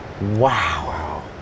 wow